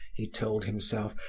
he told himself,